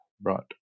brought